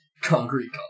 Concrete